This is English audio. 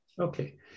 okay